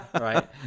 Right